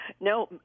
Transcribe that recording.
No